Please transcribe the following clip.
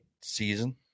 season